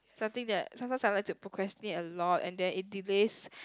something that sometimes I like to procrastinate a lot and then it delays